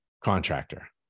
contractor